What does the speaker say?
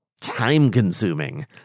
time-consuming